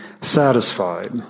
satisfied